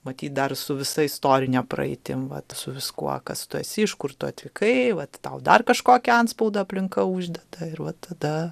matyt dar su visa istorine praeitim vat su viskuo kas tu esi iš kur tu atvykai vat tau dar kažkokį antspaudą aplinka uždeda ir va tada